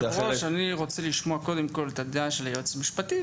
אני כיושב-ראש רוצה לשמוע קודם כל את הדעה של היועץ המשפטי,